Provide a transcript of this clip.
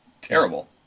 Terrible